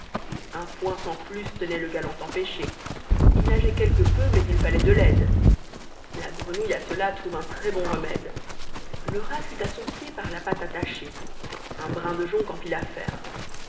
un point sans plus tenait le galant empêché il nageait quelque peu mais il fallait de l'aide la grenouille à cela trouve un très bon remède le rat fut à son pied par la patte attaché un brin de jonc en fit l'affaire